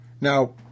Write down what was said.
Now